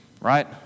Right